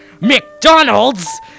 McDonald's